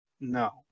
No